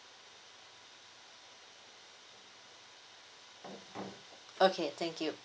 okay thank you